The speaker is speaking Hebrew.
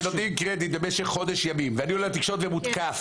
כשנותנים קרדיט במשך חודש ימים ואני עולה לתקשורת ומותקף